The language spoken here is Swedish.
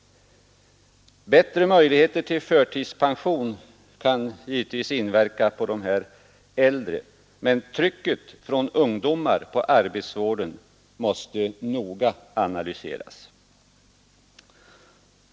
Bättre möjligheter till förtidspension kan givetvis inverka på dessa äldre, men trycket från ungdomar på arbetsvården måste noga analyseras.